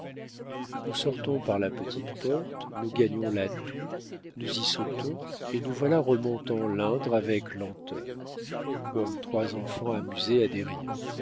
nous sortons par la petite porte nous gagnons la toue nous y sautons et nous voilà remontant l'indre avec lenteur comme trois enfants amusés à des